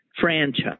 franchise